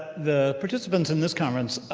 the participants in this conference,